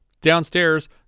Downstairs